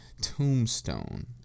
tombstone